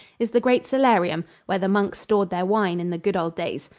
is the great cellarium, where the monks stored their wine in the good old days.